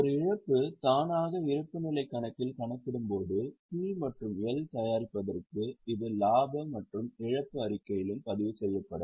ஒரு இழப்பு தானாக இருப்புநிலைக் கணக்கில் கணக்கிடப்படும்போது P மற்றும் L தயாரிப்பதற்கு இது லாப மற்றும் இழப்பு அறிக்கையிலும் பதிவு செய்யப்படும்